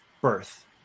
birth